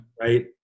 right